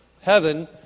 heaven